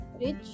rich